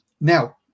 Now